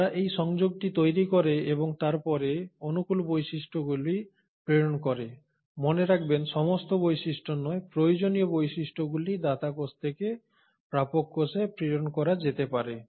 তারা এই সংযোগটি তৈরি করে এবং তারপরে অনুকূল বৈশিষ্ট্যগুলি প্রেরণ করে মনে রাখবেন সমস্ত বৈশিষ্ট্য নয় প্রয়োজনীয় বৈশিষ্ট্যগুলি দাতা কোষ থেকে প্রাপক কোষে প্রেরণ করা যেতে পারে